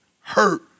hurt